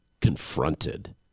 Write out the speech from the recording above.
confronted